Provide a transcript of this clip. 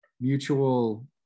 mutual